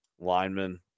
linemen